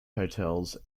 hotels